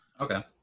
okay